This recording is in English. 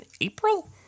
April